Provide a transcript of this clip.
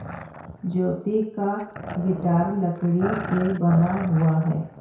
ज्योति का गिटार लकड़ी से बना हुआ है